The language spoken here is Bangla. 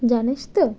জানিস তো